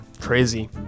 Crazy